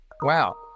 Wow